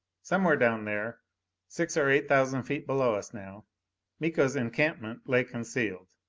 somewhere down there six or eight thousand feet below us now miko's encampment lay concealed.